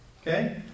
Okay